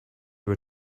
were